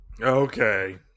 okay